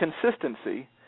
consistency